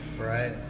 Right